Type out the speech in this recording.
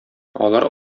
алар